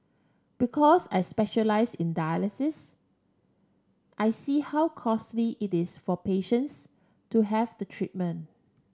because I specialise in dialysis I see how costly it is for patients to have the treatment